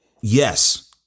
yes